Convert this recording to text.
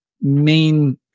main